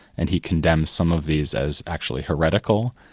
and he condemned some of these as actually heretical,